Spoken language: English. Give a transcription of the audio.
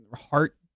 heart